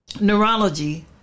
neurology